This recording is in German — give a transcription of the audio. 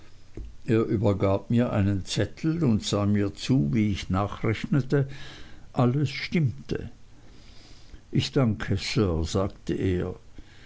übergab mir einen zettel und sah mir zu wie ich nachrechnete alles stimmte ich danke sir sagte er